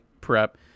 prep